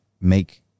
Make